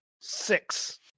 Six